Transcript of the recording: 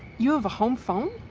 you have a home phone?